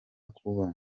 kuba